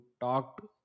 talked